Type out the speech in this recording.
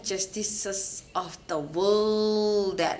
injustices of the world that